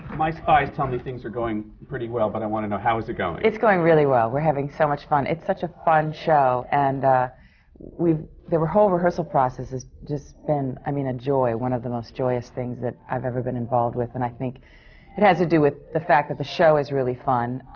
my spies tell me things are going pretty well, but i want to know, how is it going? it's going really well. we're having so much fun. it's such a fun show, and the whole rehearsal process has just been i mean a joy, one of the most joyous things that i've ever been involved with. and i think it has to do with the fact that the show is really fun,